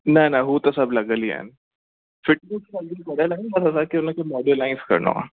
न न हूं त सभु लॻियल ई आहिनि फिटनेस सभई लॻियल बसि असांखे उनखे मॉड्नाइज करिणो आहे